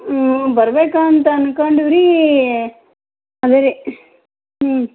ಹ್ಞೂ ಬರ್ಬೇಕಂತ ಅನ್ಕೊಂಡೀವಿ ರೀ ಅಲ್ಲಿ ಹ್ಞೂ